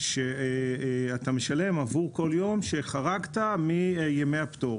בתעריף שאתה משלם עבור כל יום שחרגת מימי הפטור.